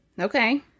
Okay